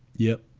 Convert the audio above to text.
yep